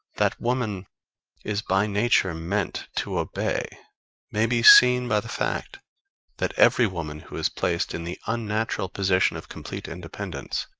that woman is by nature meant to obey may be seen by the fact that every woman who is placed in the unnatural position of complete independence,